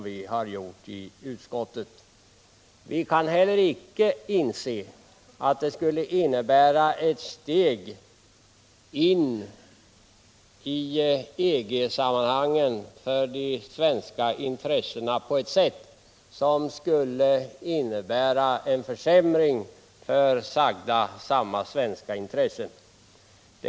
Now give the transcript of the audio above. Vi kan inte heller inse att detta steg in i EG-sammanhanget innebär en försämring för nämnda svenska intressen.